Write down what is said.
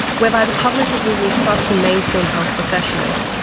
whereby the public is losing trust in mainstream health professionals,